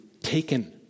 taken